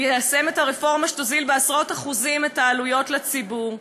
ליישם את הרפורמה שתוזיל בעשרות אחוזים את העלויות לציבור.